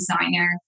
designer